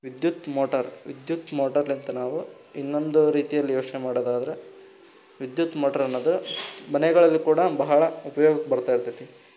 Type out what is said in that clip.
ವಿದ್ಯುತ್ ಮೋಟರ್ ವಿದ್ಯುತ್ ಮೋಟರ್ಲಿಂದ ನಾವು ಇನ್ನೊಂದು ರೀತಿಯಲ್ಲಿ ಯೋಚನೆ ಮಾಡೋದಾದರೆ ವಿದ್ಯುತ್ ಮೋಟ್ರ್ ಅನ್ನೋದು ಮನೆಗಳಲ್ಲಿ ಕೂಡ ಬಹಳ ಉಪಯೋಗಕ್ಕೆ ಬರ್ತಾ ಇರ್ತೈತೆ